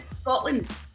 Scotland